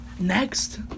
Next